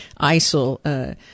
ISIL